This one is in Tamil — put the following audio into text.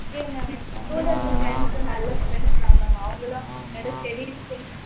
ஓகே மேம் ஏன் கூட இருக்க ஃப்ரெண்ட்ஸ்சும் நல்ல ஃப்ரெண்ட்ஸ் தான் மேம் அவங்களும் என்னோட ஸ்டெடிஸ்க்கு